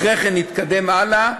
אחרי כן נתקדם הלאה,